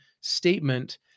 statement